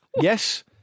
yes